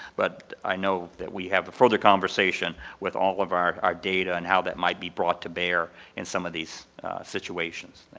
but i know that we have a fuller conversation with all of our our data and how that might brought to bear in some of these situations.